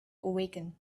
awaken